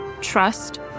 trust